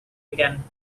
again